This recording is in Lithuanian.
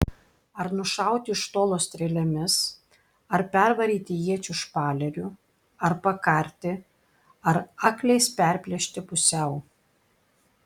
ar nušauti iš tolo strėlėmis ar pervaryti iečių špaleriu ar pakarti ar akliais perplėšti pusiau